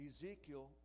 Ezekiel